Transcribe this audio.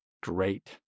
great